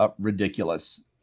ridiculous